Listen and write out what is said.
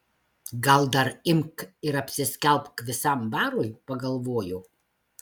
gal dar imk ir apsiskelbk visam barui pagalvojo